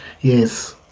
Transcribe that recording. yes